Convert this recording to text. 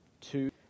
Two